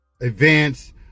Events